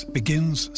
begins